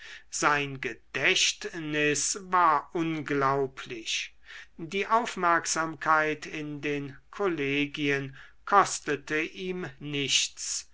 sein gedächtnis war unglaublich die aufmerksamkeit in den kollegien kostete ihm nichts